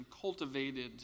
cultivated